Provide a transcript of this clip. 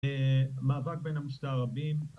מאבק בין המסתערבים